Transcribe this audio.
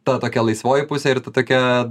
ta tokia laisvoji pusė ir ta tokia